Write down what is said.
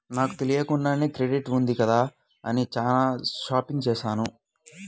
నాకు తెలియకుండానే క్రెడిట్ ఉంది కదా అని చానా షాపింగ్ చేశాను